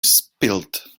spilled